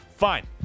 fine